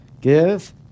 Give